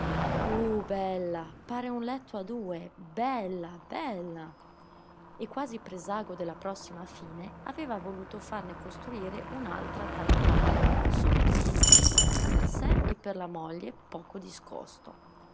uh bella pare un letto a due bella bella e quasi presago della prossima fine aveva voluto farne costruire un'altra tal quale subito subito per sé e per la moglie poco discosto